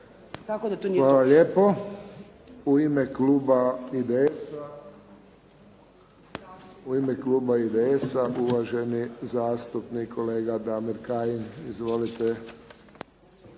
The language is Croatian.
Hvala lijepo. U ime kluba IDS-a, uvaženi zastupnik kolega Damir Kajin. Izvolite.